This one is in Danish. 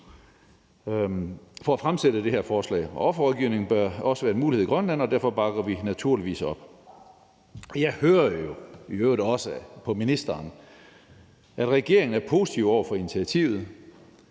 for at fremsætte det. Offerrådgivningen bør også være en mulighed i Grønland, og derfor bakker vi det naturligvis op. Jeg hører jo i øvrigt også på ministeren, at regeringen er positiv over for initiativet,